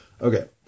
Okay